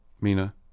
Mina